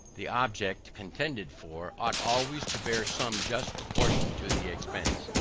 the object, contended for, ought always to bear some just proportion to the expense.